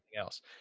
else